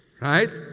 Right